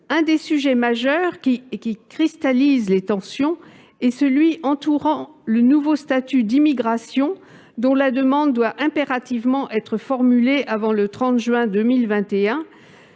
l'un des sujets majeurs, qui cristallise les tensions, a trait au nouveau statut d'immigration, dont la demande doit impérativement être formulée avant le 30 juin 2021,